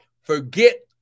forget